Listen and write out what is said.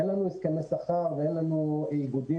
אין לנו הסכמי שכר ואין לנו איגודים